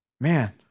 Man